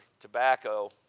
tobacco